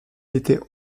était